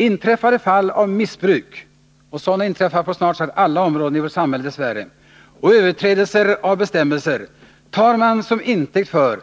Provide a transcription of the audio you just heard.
Inträffade fall av missbruk — och sådana inträffar dess värre på snart sagt alla områden i vårt samhälle — och överträdelser av bestämmelser tar man till intäkt för